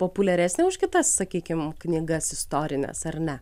populiaresnė už kitas sakykim knygas istorines ar ne